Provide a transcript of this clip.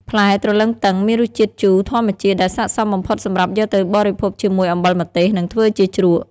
ផ្លែទ្រលឹងទឹងមានរសជាតិជូរធម្មជាតិដែលស័ក្តិសមបំផុតសម្រាប់យកទៅបរិភោគជាមួយ អំបិលម្ទេស និងធ្វើជាជ្រក់។